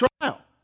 trial